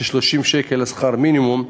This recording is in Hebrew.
של 30 שקל לשעה שכר מינימום,